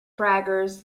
braggers